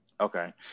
Okay